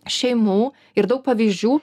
šeimų ir daug pavyzdžių